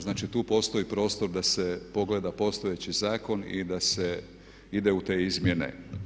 Znači, tu postoji prostor da se pogleda postojeći zakon i da se ide u te izmjene.